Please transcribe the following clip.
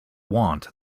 want